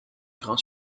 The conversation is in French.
grand